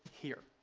here.